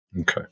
Okay